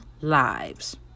lives